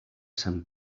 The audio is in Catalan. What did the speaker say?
sant